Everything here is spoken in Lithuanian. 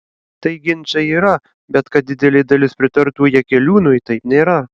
tai ginčai yra bet kad didelė dalis pritartų jakeliūnui taip nėra